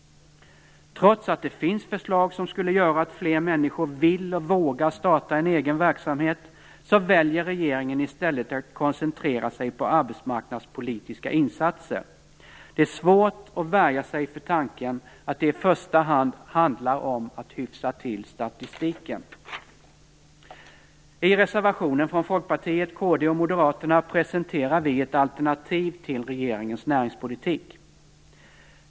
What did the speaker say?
Trots att det finns förslag som skulle göra att fler människor ville och vågade starta en egen verksamhet, väljer regeringen i stället att koncentrera sig på arbetsmarknadspolitiska insatser. Det är svårt att värja sig mot tanken att det i första hand handlar om att hyfsa till statistiken. I reservationen från Folkpartiet, Kristdemokraterna och Moderaterna presenterar vi ett alternativ till regeringens näringspolitik.